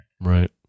Right